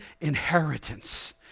inheritance